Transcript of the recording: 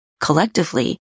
collectively